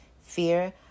fear